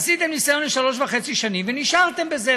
עשיתם ניסיון לשלוש שנים וחצי ונשארתם בזה.